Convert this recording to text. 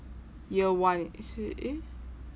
year one is it eh